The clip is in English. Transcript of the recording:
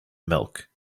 milk